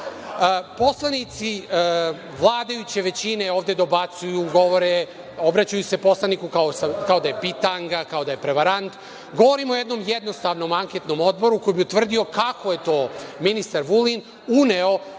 Lopurdo!)Poslanici vladajuće većine ovde dobacuju, govore, obraćaju se poslaniku kao da je bitanga, kao da je prevarant. Govorim o jednom jednostavnom anketnom odboru koji bi utvrdio kako je to ministar Vulin uneo